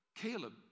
Caleb